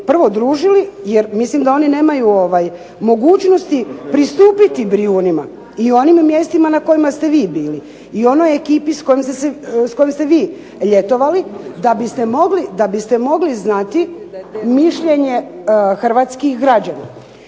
prvo družili, jer mislim da oni nemaju mogućnosti pristupiti Brijunima i onim mjestima na kojima ste vi bili i onoj ekipi s kojom ste vi ljetovali da bi ste mogli znati mišljenje hrvatskih građana.